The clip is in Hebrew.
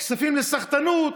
כספים לסחטנות,